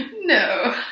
No